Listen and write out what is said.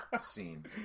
Scene